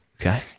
Okay